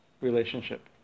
relationship